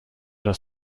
das